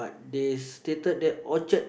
they stated there orchard